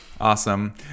Awesome